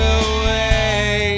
away